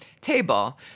table